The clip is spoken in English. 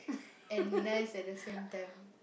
and nice at the same time